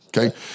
okay